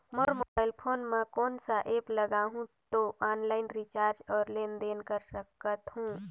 मोर mobile phone मे कोन सा एप्प लगा हूं तो ऑनलाइन रिचार्ज और लेन देन कर सकत हू?